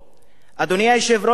אדוני היושב-ראש, במקביל